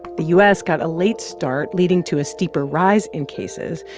the u s. got a late start, leading to a steeper rise in cases.